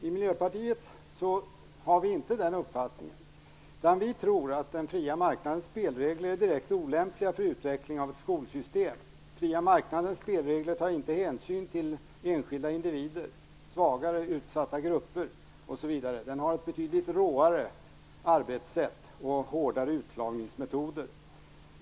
I Miljöpartiet har vi inte den uppfattningen. Vi tror att den fria marknadens spelregler är direkt olämpliga för utveckling av ett skolsystem. Den fria marknadens spelregler tar inte hänsyn till enskilda individer, svagare och utsatta grupper osv. Den har ett betydligt råare arbetssätt och hårdare utslagningsmetoder.